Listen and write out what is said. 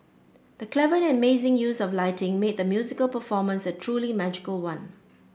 the clever and amazing use of lighting made the musical performance a truly magical one